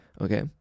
okay